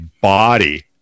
body